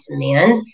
demand